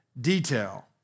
detail